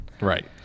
Right